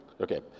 Okay